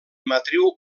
matriu